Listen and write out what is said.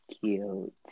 cute